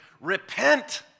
repent